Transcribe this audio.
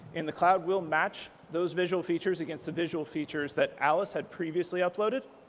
in the cloud will match those visual features against the visual features that alice had previously uploaded.